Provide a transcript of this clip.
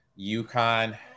UConn